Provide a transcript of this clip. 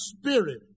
spirit